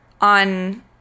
on